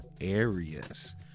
areas